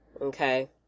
Okay